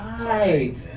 Right